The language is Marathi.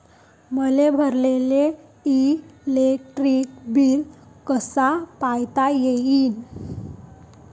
मले भरलेल इलेक्ट्रिक बिल कस पायता येईन?